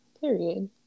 Period